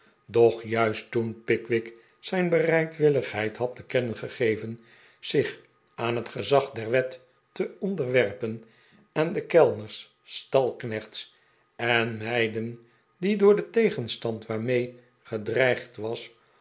doch juist toen pickwick zijn bereidwilligheid had te kennen gegeven zich aan het gezag der wet te onderwerpen en de kellners stalknechts en meiden die door den tegenstand waarmee gedreigd was